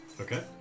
Okay